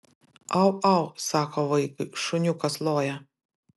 au au sako vaikui šuniukas loja